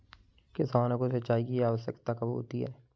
किसानों को सिंचाई की आवश्यकता कब होती है?